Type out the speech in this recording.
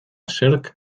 zerk